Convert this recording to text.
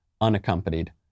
unaccompanied